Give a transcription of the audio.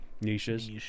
Niches